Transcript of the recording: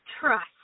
trust